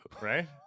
Right